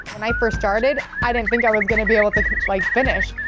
when i first started, i didn't think i was going to be able to like finish.